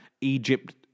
Egypt